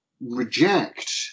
reject